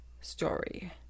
story